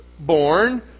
born